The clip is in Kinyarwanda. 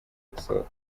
gusohoka